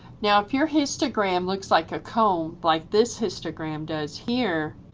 now if your histogram looks like a comb like this histogram does here,